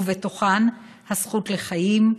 ובתוכן הזכות לחיים,